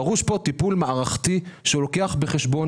דרוש פה טיפול מערכתי שלוקח בחשבון